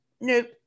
nope